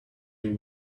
you